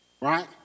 right